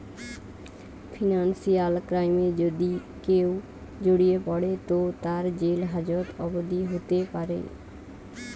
financial ক্রাইমে যদি কেও জড়িয়ে পড়ে তো তার জেল হাজত অবদি হোতে পারে